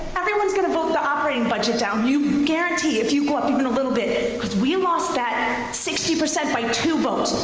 everyone's going to vote the operating budget down, guarantee, if you go up even a little bit because we lost that sixty percent by two votes.